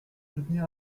soutenir